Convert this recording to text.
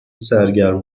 سرگرم